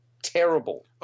terrible